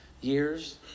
years